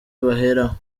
baheraho